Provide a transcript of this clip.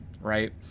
right